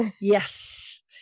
yes